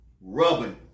rubbing